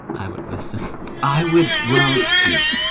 i would listen i would well, shoot.